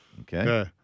Okay